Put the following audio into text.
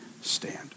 stand